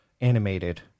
animated